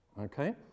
Okay